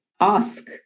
ask